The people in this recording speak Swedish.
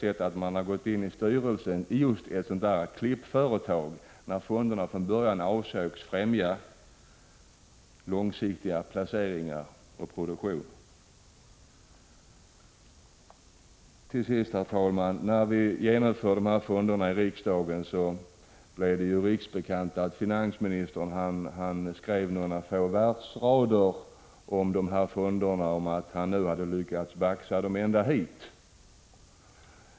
sett att man har gått in i styrelsen i just ett sådant klippföretag, trots att fonderna från början avsågs främja långsiktiga placeringar och produktion. Herr talman! När vi i riksdagen fattade beslut om genomförandet av dessa fonder blev det riksbekant att finansministern skrev några versrader om att han lyckats baxa löntagarfonderna ända hit.